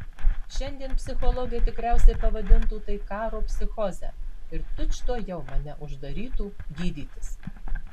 šiandien psichologai tikriausiai pavadintų tai karo psichoze ir tučtuojau mane uždarytų gydytis